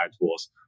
tools